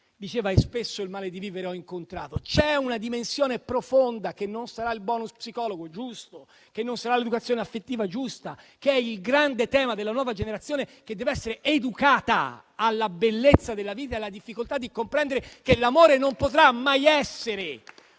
dicendo «spesso il male di vivere ho incontrato». C'è una dimensione profonda che non sarà il *bonus* psicologo (giusto), che non sarà l'educazione affettiva (giusta), che è il grande tema della nuova generazione che deve essere educata alla bellezza della vita e alla difficoltà di comprendere che l'amore non potrà mai essere